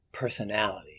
personality